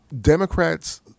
Democrats